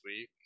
week